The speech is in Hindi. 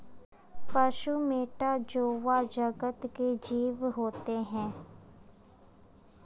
पशु मैटा जोवा जगत के जीव होते हैं